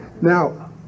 Now